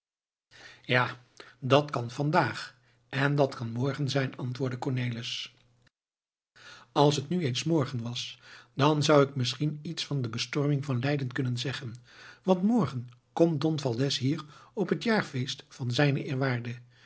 ja dat kan vandaag en dat kan morgen zijn antwoordde cornelis als het nu eens morgen was dan zou ik misschien iets van de bestorming van leiden kunnen zeggen want morgen komt don valdez hier op het jaarfeest van zijn eerwaarde